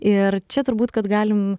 ir čia turbūt kad galim